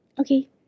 Okay